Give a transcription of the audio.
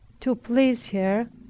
to please her,